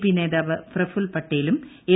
P നേതാവ് പ്രഫുൽ പട്ടേലും L